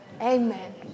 amen